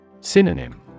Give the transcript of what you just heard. Synonym